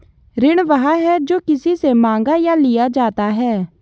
ऋण वह है, जो किसी से माँगा या लिया जाता है